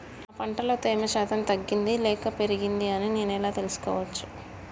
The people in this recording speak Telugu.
నా పంట లో తేమ శాతం తగ్గింది లేక పెరిగింది అని నేను ఎలా తెలుసుకోవచ్చు?